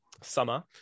Summer